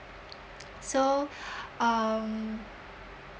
so um